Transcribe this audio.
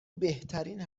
بهترین